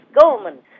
government